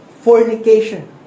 fornication